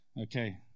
Okay